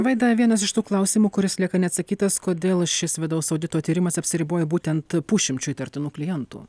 vaida vienas iš tų klausimų kuris lieka neatsakytas kodėl šis vidaus audito tyrimas apsiribojo būtent pusšimčiu įtartinų klientų